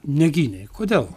negynei kodėl